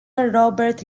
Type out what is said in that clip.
robert